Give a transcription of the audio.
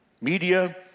media